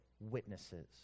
witnesses